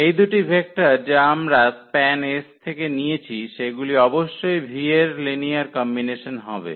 এই দুটি ভেক্টর যা আমরা SPAN𝑆 থেকে নিয়েছি সেগুলি অবশ্যই v এর এর লিনিয়ার কম্বিনেশন হবে